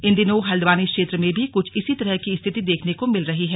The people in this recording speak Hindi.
इन दिनों हल्द्वानी क्षेत्र में भी कुछ इसी तरह की स्थिति देखने को मिल रही है